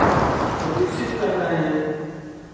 उसको विकसित कर रहे हैं